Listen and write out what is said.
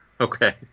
okay